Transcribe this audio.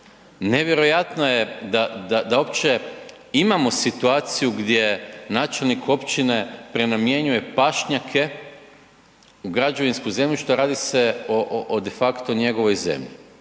Nevjerojatno je da uopće imamo situaciju gdje načelnik općine prenamjenjuje pašnjake u građevinsko zemljište, a radi se o de facto njegovoj zemlji.